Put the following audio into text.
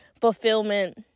fulfillment